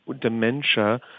dementia